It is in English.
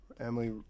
Emily